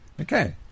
Okay